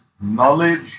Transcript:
knowledge